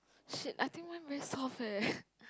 shit I think mine very soft eh